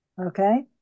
Okay